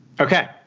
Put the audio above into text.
Okay